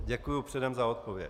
Děkuji předem za odpověď.